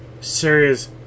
serious